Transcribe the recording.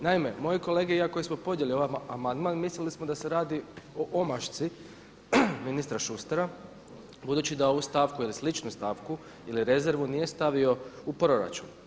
Naime, moji kolege i ja koji smo podnijeli ovaj amandman mislili smo da se radi o omašci ministra Šustera, budući da ovu stavku ili sličnu stavku ili rezervu nije stavio u proračun.